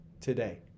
today